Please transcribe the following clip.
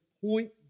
point